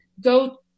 go